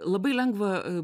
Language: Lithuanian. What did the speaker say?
labai lengva